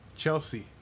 Chelsea